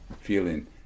feeling